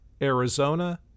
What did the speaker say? Arizona